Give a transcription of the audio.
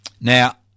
Now